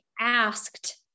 asked